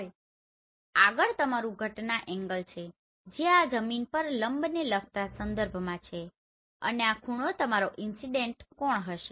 હવે આગળ તમારું ઘટના એંગલ છે જે આ જમીન પર લંબને લગતા સંદર્ભમાં છે અને આ ખૂણો તમારો ઇન્સીડેનટ કોણ હશે